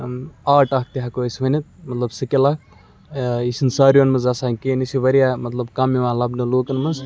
آٹ اَکھ تہِ ہٮ۪کو أسۍ ؤنِتھ مطلب سِکِل اَکھ یہِ چھِنہٕ ساروِیَن منٛز آسان کِہیٖنۍ یہِ چھِ واریاہ مطلب کَم یِوان لَبنہٕ لوٗکَن منٛز